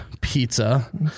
pizza